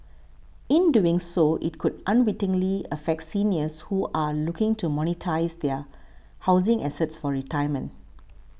in doing so it could unwittingly affect seniors who are looking to monetise their housing assets for retirement